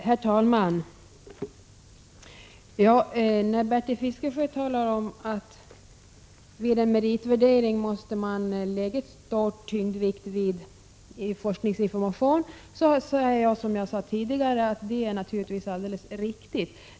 Herr talman! Bertil Fiskesjö säger att man vid meritvärdering måste lägga stor vikt vid forskningsinformation. Som jag sade tidigare är detta naturligtvis helt riktigt.